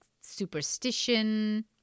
superstition